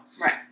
Right